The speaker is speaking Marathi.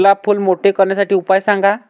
गुलाब फूल मोठे करण्यासाठी उपाय सांगा?